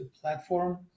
platform